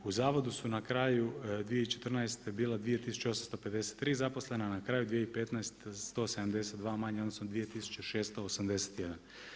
U zavodu su na kraju 2014. bilo 2853 zaposlena a na kraju 2015. 172 manje odnosno 2681.